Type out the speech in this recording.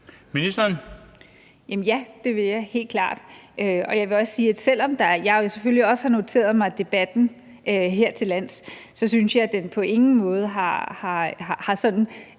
Mogensen): Ja, det vil jeg helt klart. Jeg vil også sige, at jeg, selv om jeg jo selvfølgelig også har noteret mig debatten her til lands, så på ingen måde synes, at